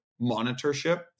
monitorship